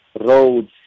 roads